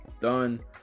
Done